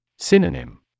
Synonym